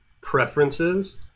preferences